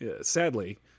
sadly